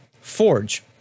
Forge